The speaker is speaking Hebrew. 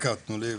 תנו לי בבקשה.